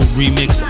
remix